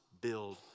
build